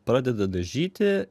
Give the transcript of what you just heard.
pradeda dažyti